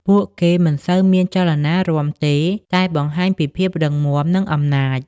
ពួកគេមិនសូវមានចលនារាំទេ តែបង្ហាញពីភាពរឹងមាំ និងអំណាច។